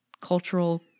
cultural